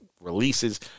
releases